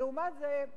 ולעומת זה,